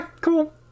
cool